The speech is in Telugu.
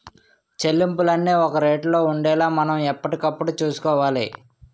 చెల్లింపులన్నీ ఒక రేటులో ఉండేలా మనం ఎప్పటికప్పుడు చూసుకోవాలి